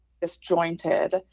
disjointed